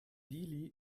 dili